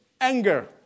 anger